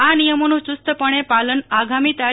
આ નિયમોનું ચુસ્તપણે પાલન આગામી તા